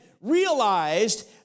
realized